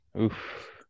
Oof